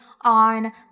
on